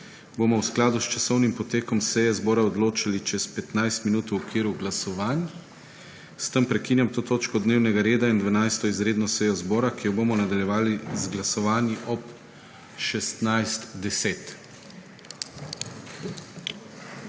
bomo v skladu s časovnim potekom seje zbora odločali čez 15 minut v okviru glasovanj. S tem prekinjam to točko dnevnega reda in 12. izredno sejo zbora, ki jo bomo nadaljevali z glasovanji ob 16.10.